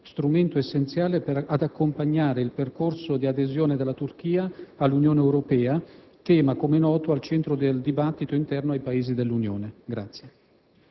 strumento essenziale ad accompagnare il percorso di adesione della Turchia all’Unione Europea, tema – come e` noto – al centro del dibattito interno ai Paesi dell’Unione stessa.